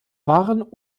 waren